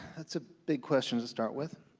that's a big question to start with.